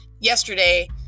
yesterday